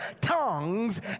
tongues